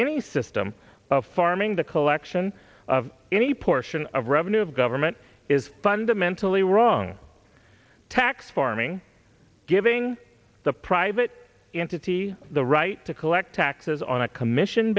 any system of farming the collection of any portion of revenue of government is fundamentally wrong tax farming giving the private entity the right to collect taxes on a commission